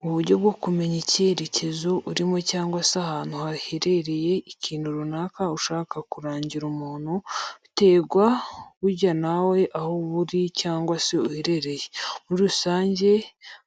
Mu buryo bwo kumenya icyerekezo urimo cyangwa se ahantu haherereye ikintu runaka ushaka kurangira muntu, biterwa burya nawe aho uba uri cyangwa se uherereye. Muri rusange